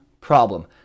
problem